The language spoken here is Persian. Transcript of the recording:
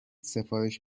سفارش